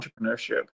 entrepreneurship